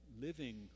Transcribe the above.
living